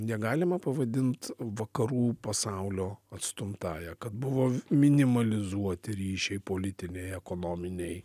negalima pavadint vakarų pasaulio atstumtąja kad buvo minimalizuoti ryšiai politiniai ekonominiai